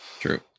True